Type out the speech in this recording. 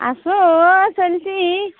আছে অঁ চলিছে